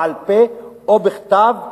בעל-פה או בכתב,